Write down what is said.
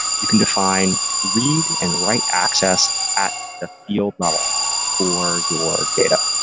you can define read and write access at the field level for your data.